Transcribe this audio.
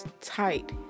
tight